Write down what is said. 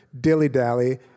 dilly-dally